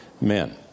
men